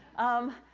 um,